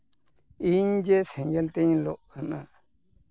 ᱤᱧ ᱡᱮ ᱥᱮᱸᱜᱮᱞ ᱛᱤᱧ ᱞᱚᱜ ᱠᱟᱱᱟ